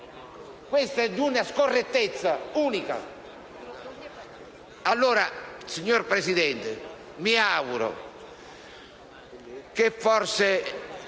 Questo è di una scorrettezza unica.